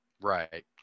Right